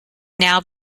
now